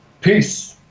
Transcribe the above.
Peace